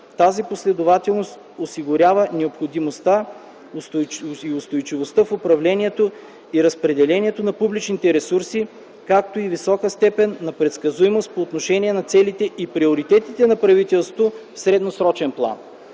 Тази последователност осигурява необходимостта и устойчивостта в управлението и разпределението на публичните ресурси, както и висока степен на предсказуемост по отношение на целите и приоритетите на правителството в средносрочен план.